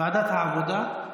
ועדת העבודה.